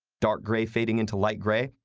dark grey fading into light grey?